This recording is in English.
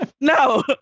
no